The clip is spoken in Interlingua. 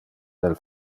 del